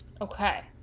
Okay